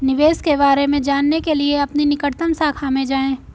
निवेश के बारे में जानने के लिए अपनी निकटतम शाखा में जाएं